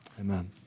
Amen